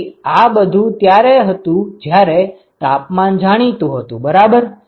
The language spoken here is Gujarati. તેથી આ બધું ત્યારે હતું જયારે તાપમન જાણીતું હતું બરાબર